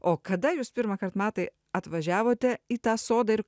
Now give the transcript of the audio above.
o kada jūs pirmąkart matai atvažiavote į tą sodą ir